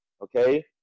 okay